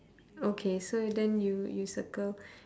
okay so then you you circle